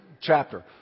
chapter